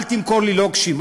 אל תמכור לי לוקשים.